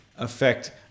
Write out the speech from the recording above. affect